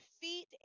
feet